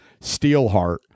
Steelheart